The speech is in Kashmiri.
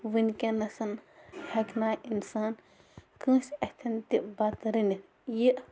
وٕنۍکٮ۪نَس ہٮ۪کہٕ ناے اِنسان کٲنٛسہِ اَتھٮ۪ن تہِ بَتہٕ رٔنِتھ یہِ